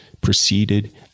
proceeded